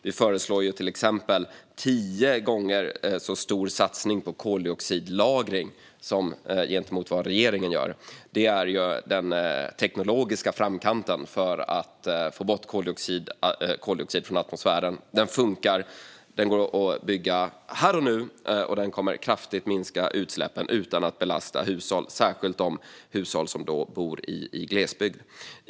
Vi föreslår till exempel tio gånger så stor satsning på koldioxidlagring gentemot vad regeringen gör. Det är den tekniska framkanten för att få bort koldioxid från atmosfären. Den fungerar och går att bygga här och nu. Den kommer att kraftigt minska utsläppen utan att belasta hushåll, och särskilt hushåll i glesbygd.